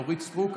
אורית סטרוק,